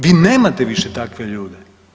Vi nemate više takve ljude.